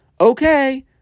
okay